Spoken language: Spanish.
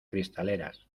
cristaleras